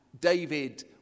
David